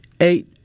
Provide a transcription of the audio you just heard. eight